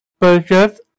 purchase